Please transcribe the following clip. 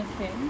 Okay